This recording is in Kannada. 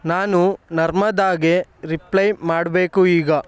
ನಾನು ನರ್ಮದಾಗೆ ರಿಪ್ಲೈ ಮಾಡಬೇಕು ಈಗ